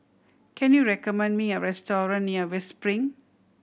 can you recommend me a restaurant near West Spring